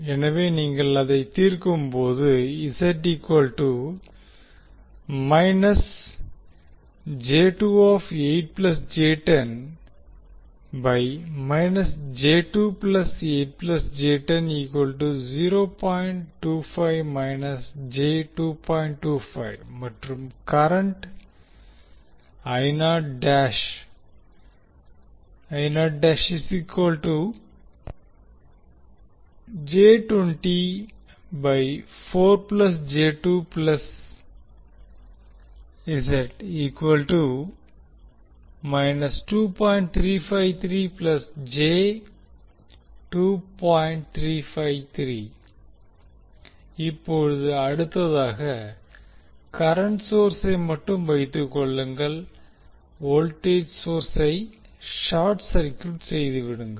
எனவே நீங்கள் அதை தீர்க்கும் போது மற்றும் கரண்ட் இப்போது அடுத்ததாக கரண்ட் சோர்ஸை மட்டும் வைத்துக்கொள்ளுங்கள் வோல்டேஜ் சோர்ஸை ஷார்ட் சர்க்யூட் செய்துவிடுங்கள்